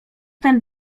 ten